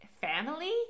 family